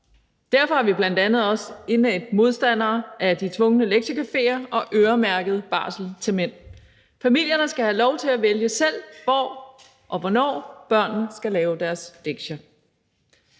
Derfor er vi bl.a. også indædte modstandere af de tvungne lektiecaféer og øremærket barsel til mænd. Familierne skal selv have lov til at vælge, hvor og hvornår børnene skal lave deres lektier.